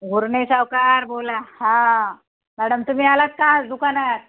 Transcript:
हुर्ने सावकार बोला हां मॅडम तुम्ही आलात का आज दुकानात